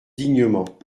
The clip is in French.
dignement